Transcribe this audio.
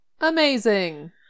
amazing